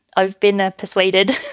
i've been ah persuaded